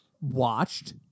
watched